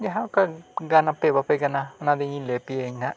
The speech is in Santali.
ᱡᱟᱦᱟᱸ ᱚᱠᱟ ᱜᱟᱱ ᱟᱯᱮ ᱵᱟᱯᱮ ᱜᱟᱱᱟ ᱚᱱᱟ ᱫᱚ ᱤᱧᱤᱧ ᱞᱟᱹᱭ ᱟᱯᱮᱭᱟᱹᱧ ᱱᱟᱦᱟᱸᱜ